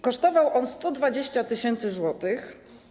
Kosztował on 120 tys. zł.